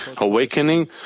awakening